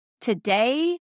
Today